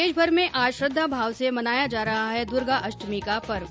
देशभर में आज श्रद्धा भाव से मनाया जा रहा है दुर्गा अष्टमी का पर्व